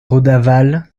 redavalle